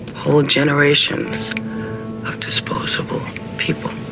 whole generations of disposable people.